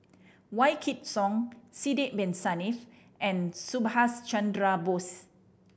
Wykidd Song Sidek Bin Saniff and Subhas Chandra Bose